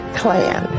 clan